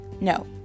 No